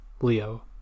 Leo